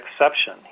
exception